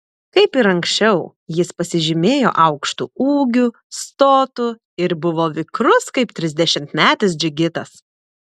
kaip ir anksčiau jis pasižymėjo aukštu ūgiu stotu ir buvo vikrus kaip trisdešimtmetis džigitas